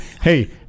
hey